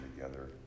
together